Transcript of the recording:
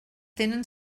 tenen